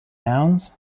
nouns